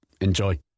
Enjoy